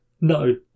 No